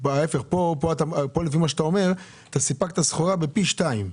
לפי מה שאתה אומר, סיפקת פי שניים סחורה.